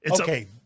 Okay